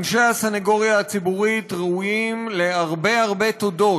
אנשי הסנגוריה הציבורית ראויים להרבה הרבה תודות,